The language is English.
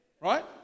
Right